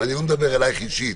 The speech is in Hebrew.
אני לא מדברת אליך אישית,